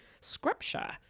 scripture